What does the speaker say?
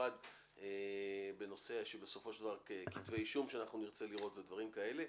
במיוחד בנושא של כתבי אישום ודברים כאלה,